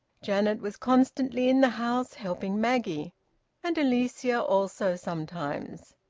janet was constantly in the house, helping maggie and alicia also sometimes.